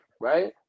right